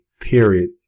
period